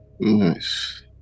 Nice